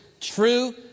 true